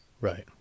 right